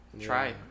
try